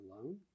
alone